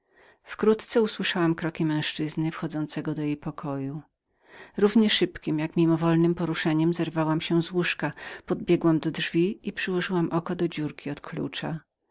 wkrótce usłyszałam kroki męzczyzny wchodzącego do jej pokoju równie szybkiem jak mimowolnem poruszeniem zerwałam się z łóżka pobiegłam do drzwi i przyłożyłam oko do dziurki od klucza